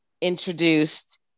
introduced